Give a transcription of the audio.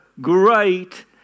great